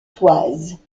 toises